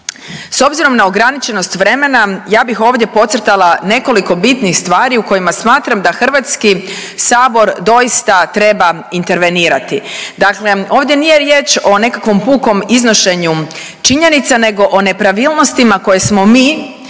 S obzirom na ograničenost vremena ja bih ovdje podcrtala nekoliko bitnih stvari u kojima smatram da HS doista treba intervenirati. Dakle, ovdje nije riječ o nekakvom pukom iznošenju činjenica nego o nepravilnostima koje smo mi,